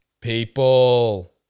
People